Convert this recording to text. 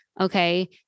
okay